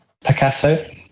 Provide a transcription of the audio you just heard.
Picasso